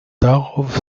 darauf